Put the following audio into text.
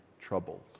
troubled